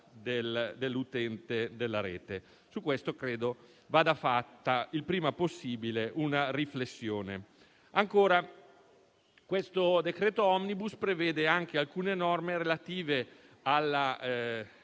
dell'utente della Rete. Su questo credo vada fatta il prima possibile una riflessione. Questo decreto-legge *omnibus* prevede anche alcune norme relative al